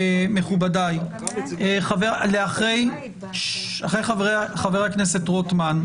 אחרי חבר הכנסת רוטמן,